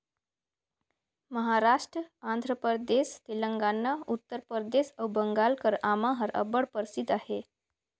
महारास्ट, आंध्र परदेस, तेलंगाना, उत्तर परदेस अउ बंगाल कर आमा हर अब्बड़ परसिद्ध अहे